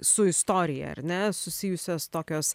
su istorija ar ne susijusios tokios